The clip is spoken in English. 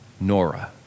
Nora